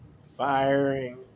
Firing